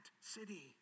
city